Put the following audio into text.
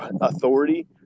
authority